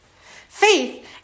Faith